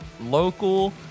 local